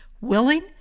willing